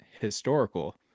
historical